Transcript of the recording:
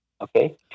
Okay